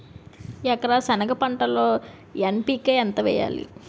ఎకర సెనగ పంటలో ఎన్.పి.కె ఎంత వేయాలి?